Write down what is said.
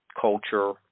culture